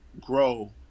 grow